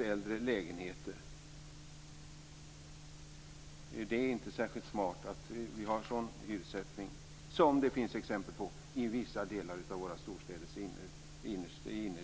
äldre lägenheter. Det är inte särskilt smart att vi har en sådan hyressättning som det finns exempel på i vissa delar av våra storstäders innerstäder.